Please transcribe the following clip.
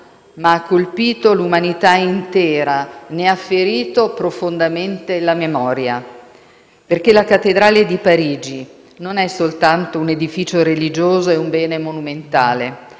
ma ha colpito l'umanità intera, ne ha ferito profondamente la memoria, perché la cattedrale di Parigi non è soltanto un edificio religioso e un bene monumentale,